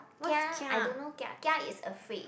kia I don't know kia is afraid